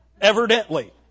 Evidently